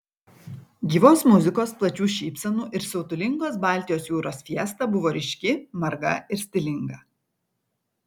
gyvos muzikos plačių šypsenų ir siautulingos baltijos jūros fiesta buvo ryški marga ir stilinga